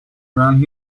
around